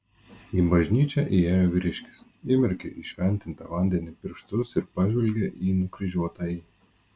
į bažnyčią įėjo vyriškis įmerkė į šventintą vandenį pirštus ir pažvelgė į nukryžiuotąjį